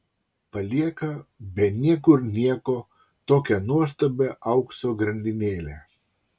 palieka be niekur nieko tokią nuostabią aukso grandinėlę